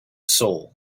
soul